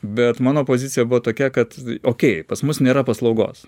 bet mano pozicija buvo tokia kad okei pas mus nėra paslaugos